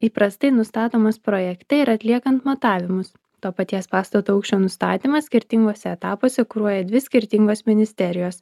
įprastai nustatomas projekte ir atliekant matavimus to paties pastato aukščio nustatymą skirtinguose etapuose kuruoja dvi skirtingos ministerijos